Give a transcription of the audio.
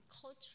culture